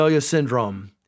Syndrome